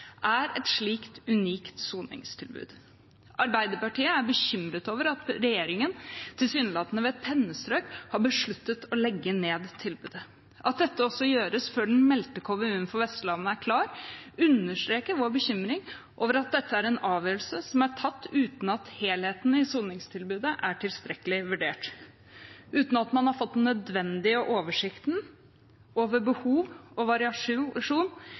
er et slikt unikt soningstilbud. Arbeiderpartiet er bekymret over at regjeringen, tilsynelatende med et pennestrøk, har besluttet å legge ned tilbudet. At dette også gjøres før den meldte KVU-en for Vestlandet er klar, understreker vår bekymring over at dette er en avgjørelse som er tatt uten at helheten i soningstilbudet er tilstrekkelig vurdert, uten at man har fått den nødvendige oversikten over behov og variasjon